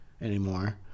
anymore